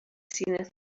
seen